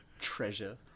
treasure